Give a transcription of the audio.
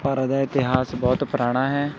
ਭਾਰਤ ਦਾ ਇਤਿਹਾਸ ਬਹੁਤ ਪੁਰਾਣਾ ਹੈ